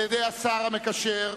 על-ידי השר המקשר,